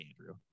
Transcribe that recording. Andrew